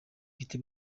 bwite